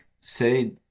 say